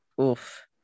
oof